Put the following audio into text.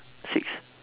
six